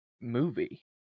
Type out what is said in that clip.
movie